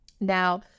Now